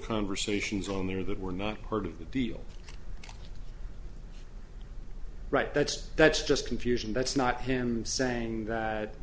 conversations on there that were not part of the deal right that's that's just confusion that's not him saying that